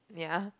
ya